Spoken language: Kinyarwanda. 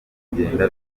kugenda